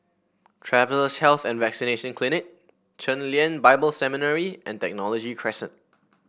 Travellers' Health and Vaccination Clinic Chen Lien Bible Seminary and Technology Crescent